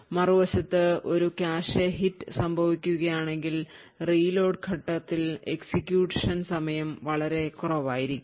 മറുവശത്ത് ഒരു cache hit സംഭവിക്കുകയാണെങ്കിൽ reload ഘട്ടത്തിൽ എക്സിക്യൂഷൻ സമയം വളരെ കുറവായിരിക്കും